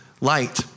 light